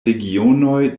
regionoj